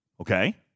Okay